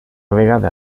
vegada